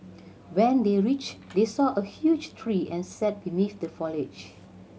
when they reached they saw a huge tree and sat beneath the foliage